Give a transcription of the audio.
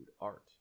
art